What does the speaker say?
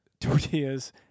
tortillas